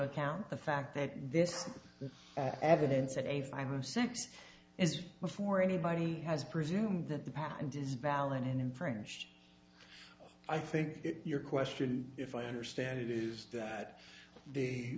account the fact that this is the evidence that a five or six is before anybody has presumed that the patent is valid and infringed i think your question if i understand it is that the